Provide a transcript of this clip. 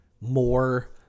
more